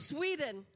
Sweden